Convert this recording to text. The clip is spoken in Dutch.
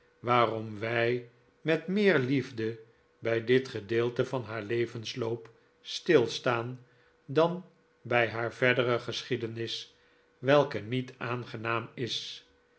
waarom wij met meer liefde bij dit gedeelte van haar levensloop stilstaan dan bij haar verdere geschiedenis welke niet aangenaam is